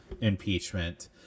impeachment